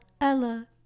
Ella